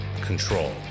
Control